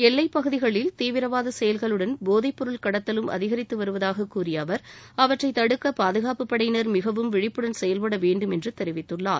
எல்லைப் பகுதிகளில் தீவிரவாத செயல்களுடன் போதைப் பொருள் கடத்தலும் அதிகித்து வருவதாக கூறிய அவர் அவற்றை தடுக்க பாதுகாப்பு படையினர் மிகவும் விழிப்புடன் செயல்பட வேண்டும் என்று தெரிவித்தார்